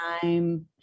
time